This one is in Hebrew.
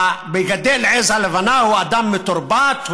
מגדל העז הלבנה הוא אדם מתורבת,